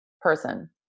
person